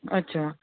अच्छा